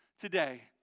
today